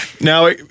Now